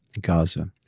Gaza